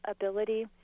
ability